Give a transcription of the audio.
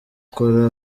ukora